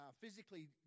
physically